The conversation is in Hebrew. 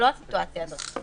ולעומת זאת,